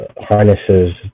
harnesses